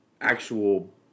actual